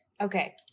Okay